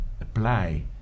apply